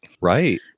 Right